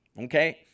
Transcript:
Okay